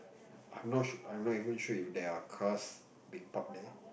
I'm not sure I'm not even sure if there are cars being parked there